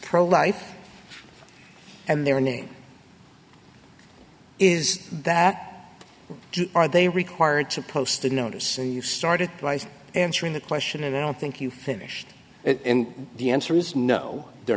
pro life and their name is that are they required to post a notice and you started answering that question and i don't think you finished it in the answer is no they're